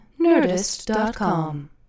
Nerdist.com